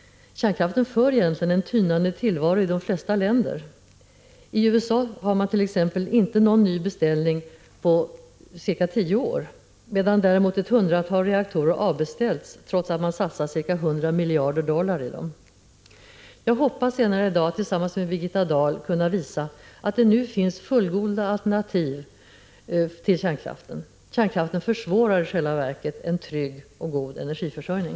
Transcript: Kärnkraften för egentligen en tynande tillvaro i de flesta länder. I USA hart.ex. inte någon ny beställning gjorts på ca tio år, medan däremot ett hundratal reaktorer avbeställts, trots att man satsat ca 100 miljarder dollar i dem. Jag hoppas senare i dag att tillsammans med Birgitta Dahl kunna visa att det nu finns fullgoda alternativ till kärnkraften. Kärnkraften försvårar i själva verket en trygg och god energiförsörjning.